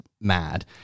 mad